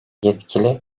yetkili